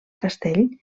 castell